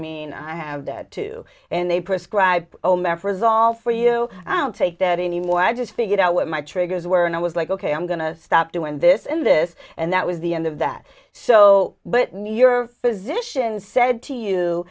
mean i have that too and they prescribe o'meara's all for you don't take that anymore i just figured out what my triggers were and i was like ok i'm going to stop doing this and this and that was the end of that so but your physician said to you